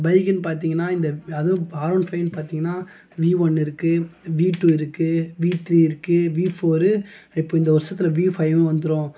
இந்த பைக்குனு பார்த்திங்கனா இந்த அதுவும் ஆர் ஒன் ஃபைவ்னு பார்த்திங்கனா வி ஒன் இருக்குது வீ டூ இருக்குது வீ த்ரீ இருக்குது வீ ஃபோரு இப்போ இந்த வருஷத்தில் வீ ஃபைவும் வந்துடும்